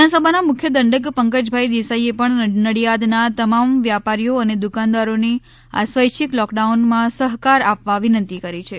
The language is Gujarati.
વિધાનસભાના મુખ્ય દંડક પંકજભાઈ દેસાઈએ પણ નડિયાદના તમામ વ્યાપારીઓ અને દુકાનદારોને આ સ્વેચ્છિક લોક ડાઉનમાં સહકાર આપવા વિનંતી કરી છે